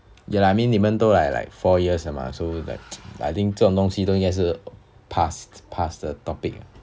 ya lah I mean 你们都 like like four years mah so like I think 这种东西都应该是 past past 的 topic